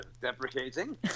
deprecating